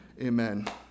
Amen